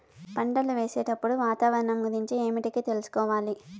పంటలు వేసేటప్పుడు వాతావరణం గురించి ఏమిటికి తెలుసుకోవాలి?